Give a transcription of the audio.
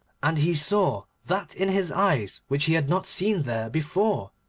and he saw that in his eyes which he had not seen there before.